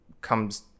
comes